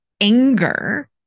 anger